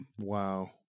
wow